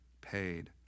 paid